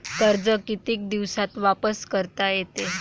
कर्ज कितीक दिवसात वापस करता येते?